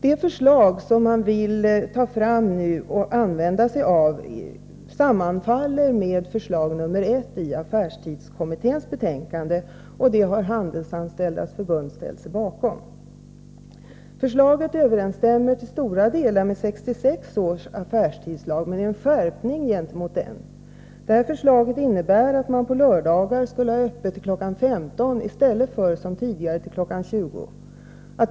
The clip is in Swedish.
Det förslag som man vill ta fram nu och använda sig av sammanfaller med förslag nr 1 i affärstidskommitténs betänkande, och det har Handelsanställdas förbund ställt sig bakom. Förslaget överensstämmer i stora delar med 1966 års affärstidslag men innebär en skärpning jämfört med denna. Förslaget innebär att man på lördagar skulle ha öppet till kl. 15 i stället för, som tidigare varit fallet, till kl. 20.